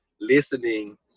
listening